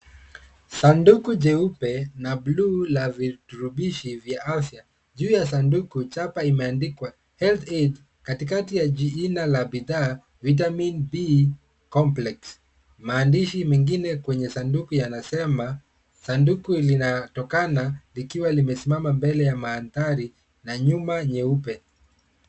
Sanduku jeupe na bluu la vidropishi vya afya. Juu ya sanduku chapa imeandikwa health aid katikati ya jina la bidhaa vitamin B complex . Maandishi mengine kwenye sanduku yanasema sanduku linatokana likiwa limesimama mbele ya mandhari na nyuma nyeupe.